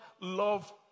love